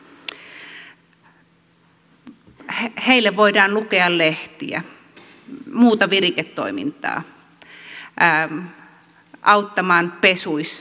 voidaan lukea heille lehtiä tehdä muuta viriketoimintaa auttaa pesuissa